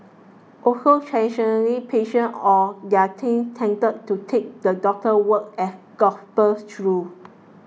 also traditionally patients or their kin tended to take the doctor's word as gospel truth